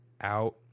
out